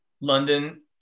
London